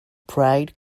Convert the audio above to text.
pride